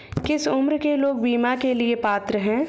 किस उम्र के लोग बीमा के लिए पात्र हैं?